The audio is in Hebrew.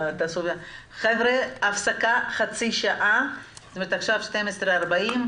אנחנו יוצאים להפסקה של חצי שעה, עד 13:15,